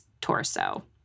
torso